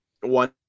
one